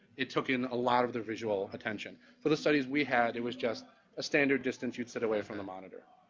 it took in a lot of their visual attention. for the studies we had, it was just a standard distance you'd sit away from the monitor.